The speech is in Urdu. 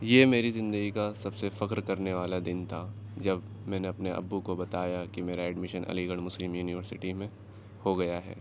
یہ میری زندگی کا سب سے فخر کرنے والا دن تھا جب میں نے اپنے ابو کو بتایا کہ میرا admission Aligarh Muslim University میں ہو گیا ہے